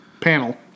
panel